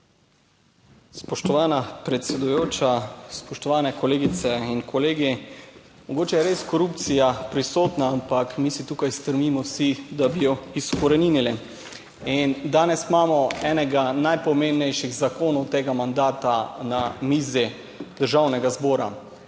Spoštovana predsedujoča. Spoštovani kolegice in kolegi! Mogoče je res korupcija prisotna, ampak mi si tukaj stremimo vsi, da bi jo izkoreninili. In danes imamo enega najpomembnejših zakonov tega mandata na mizi Državnega zbora,